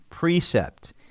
Precept